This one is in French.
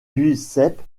giuseppe